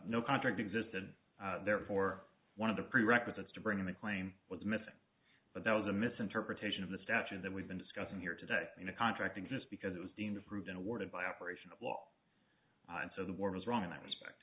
no contract existed therefore one of the prerequisites to bring in the claim was missing but that was a misinterpretation of the statute that we've been discussing here today in a contract exist because it was deemed approved and awarded by operation of law and so the world was wrong in that respect